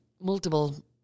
multiple